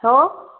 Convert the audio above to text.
हो